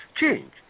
change